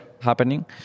happening